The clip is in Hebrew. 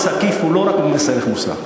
מס עקיף הוא לא רק מס ערך מוסף,